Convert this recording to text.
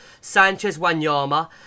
Sanchez-Wanyama